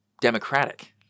democratic